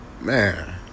man